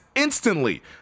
Instantly